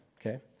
okay